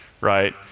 right